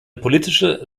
politische